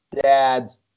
dads